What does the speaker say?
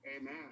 Amen